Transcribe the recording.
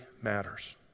matters